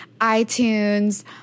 iTunes